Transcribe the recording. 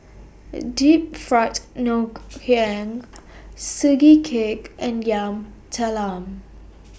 Deep Fried Ngoh Hiang Sugee Cake and Yam Talam